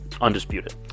undisputed